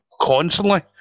constantly